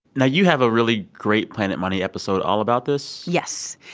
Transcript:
now, you have a really great planet money episode all about this yes,